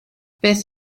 beth